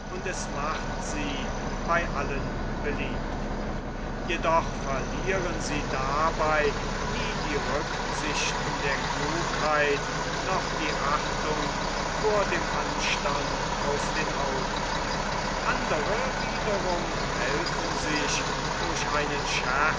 es macht sie bei allen beliebt jedoch verlieren sie dabei nie die rücksichten der klugheit noch die achtung vor dem anstand aus den augen andere wiederum helfen sich durch einen scherz